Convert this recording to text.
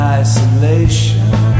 isolation